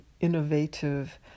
innovative